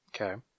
Okay